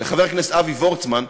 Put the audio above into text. לחבר הכנסת אבי וורצמן,